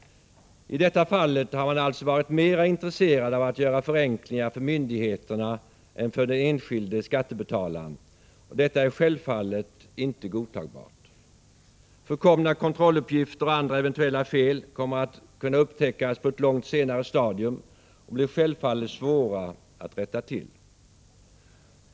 I detta fall har man alltså varit mera intresserad av att göra förenklingar för myndigheterna än för den enskilde skattebetalaren, och detta är självfallet inte godtagbart. Förkomna kontrolluppgifter och andra eventuella fel kommer att kunna upptäckas på ett långt senare stadium och detta blir självfallet svårt att rätta till.